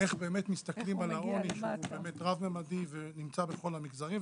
איך באמת מסתכלים על העוני שהוא באמת רב-ממדי ונמצא בכל המגזרים,